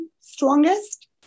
strongest